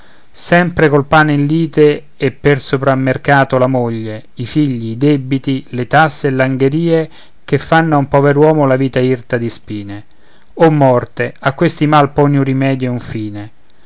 sempre col pane in lite e per soprammercato la moglie i figli i debiti le tasse e l'angherie che fanno a un pover'uomo la vita irta di spine o morte a questi mali poni un rimedio